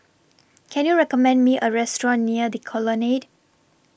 Can YOU recommend Me A Restaurant near The Colonnade